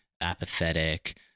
apathetic